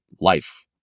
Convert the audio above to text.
life